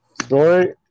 Story